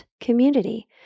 community